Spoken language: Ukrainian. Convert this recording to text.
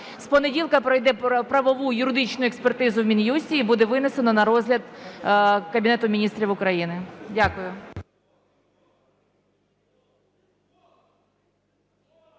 З понеділка пройде правову юридичну експертизу в Мін'юсті і буде винесено на розгляд Кабінету Міністрів України. Дякую.